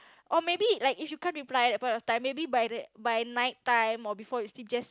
or maybe like if you can't reply at that point of time maybe by the by night time or before you sleep just